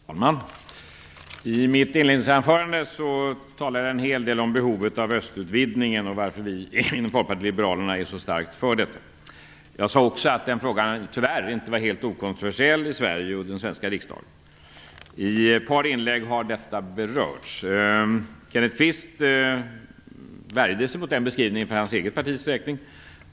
Fru talman! I mitt inledningsanförande talade jag en hel del om behovet av östutvidgningen och varför vi inom Folkpartiet liberalerna är så starkt för detta. Jag sade också att den frågan tyvärr inte var helt okontroversiell i Sverige och den svenska riksdagen. I ett par inlägg har detta berörts. Kenneth Kvist värjde sig mot den beskrivningen för hans eget partis räkning.